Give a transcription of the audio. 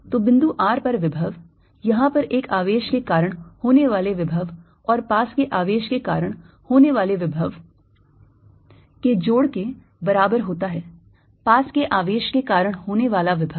तो बिंदु r पर विभव यहां पर एक आवेश के कारण होने वाले विभव और पास के आवेश के कारण होने वाले विभव के जोड़ के बराबर होता है पास के आवेश के कारण होने वाला विभव